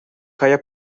kaya